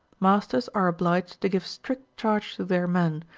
masters are obliged to give strict charge to their men,